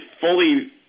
fully